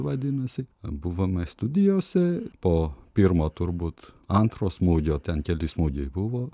vadinasi buvome studijose po pirmo turbūt antro smūgio ten keli smūgiai buvo